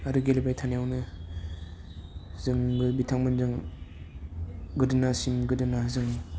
आरो गेलेबाय थानायावनो जोंबो बिथांमोनजों गोदोनासिम गोदोना जों